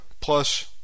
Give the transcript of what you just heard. plus